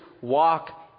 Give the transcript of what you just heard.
walk